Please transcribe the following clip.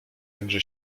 także